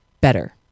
better